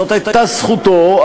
זאת הייתה זכותו,